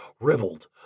ribald